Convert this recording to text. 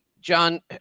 John